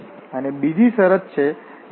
અને બીજી શરત છે F2∂xF1∂y